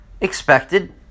expected